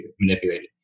manipulated